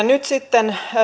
nyt sitten